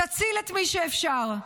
תציל את מי שאפשר.